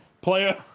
Player